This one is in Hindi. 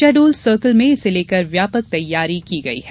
शहडोल सर्किल में इसे लेकर व्यापक तैयारी की गयी है